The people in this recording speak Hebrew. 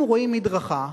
אנחנו רואים מדרכה,